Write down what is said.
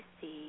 see